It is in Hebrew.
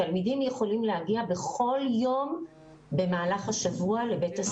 התלמידים יכולים להגיע בכל יום במהלך השבוע לבית הספר.